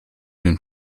den